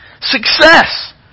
Success